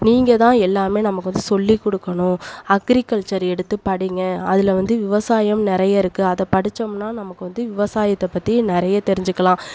நீங்கள் தான் எல்லாமே நம்ம கொஞ்சம் சொல்லி கொடுக்கணும் அக்ரிகல்ச்சர் எடுத்து படிங்க அதில் வந்து விவசாயம் நிறைய இருக்குது அதை படித்தோம்னா நமக்கு வந்து விவசாயத்தை பற்றி நிறைய தெரிஞ்சுக்குலாம்